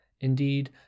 Indeed